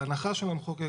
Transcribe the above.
ההנחה של המחוקק,